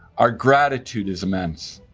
our gratitude is immense.